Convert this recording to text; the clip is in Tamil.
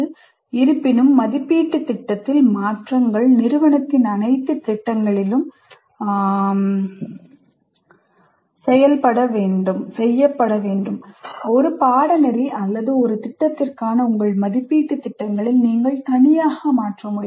' இருப்பினும் மதிப்பீட்டு திட்டத்தில் மாற்றங்கள் நிறுவனத்தின் அனைத்து திட்டங்களிலும் செய்யப்பட வேண்டும் ஒரு பாடநெறி அல்லது ஒரு திட்டத்திற்கான உங்கள் மதிப்பீட்டுத் திட்டங்களை நீங்கள் தனியாக மாற்ற முடியாது